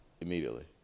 Immediately